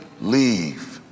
leave